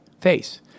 face